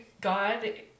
god